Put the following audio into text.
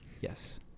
Yes